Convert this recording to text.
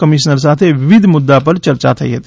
કમિ સામે વિવિધ મુદ્દાઓ ઉપર યર્ચા થઈ હતી